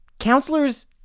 Counselors